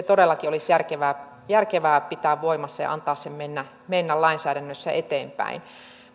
todellakin olisi järkevää järkevää pitää voimassa ja antaa sen mennä mennä lainsäädännössä eteenpäin